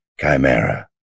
Chimera